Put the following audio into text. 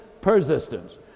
persistence